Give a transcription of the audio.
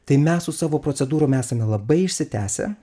tai mes su savo procedūrom esame labai išsitęsę